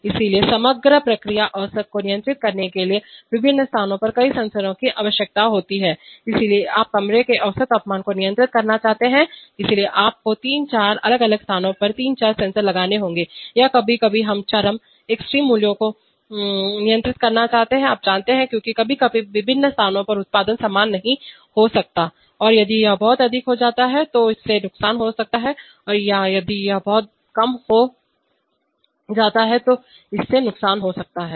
इसलिए समग्र प्रक्रिया औसत को नियंत्रित करने के लिए विभिन्न स्थानों पर कई सेंसर की आवश्यकता होती है इसलिए आप कमरे के औसत तापमान को नियंत्रित करना चाहते हैं इसलिए आपको तीन चार अलग अलग स्थानों पर तीन चार सेंसर लगाने होंगे या कभी कभी हम चरम मूल्यों को नियंत्रित करना चाहते हैं आप जानते हैं क्योंकि कभी कभी विभिन्न स्थानों पर उत्पादन समान नहीं हो सकता है और यदि यह बहुत अधिक हो जाता है तो इससे नुकसान हो सकता है या यदि यह बहुत कम हो जाता है तो इससे नुकसान हो सकता है